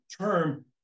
term